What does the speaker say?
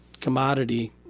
commodity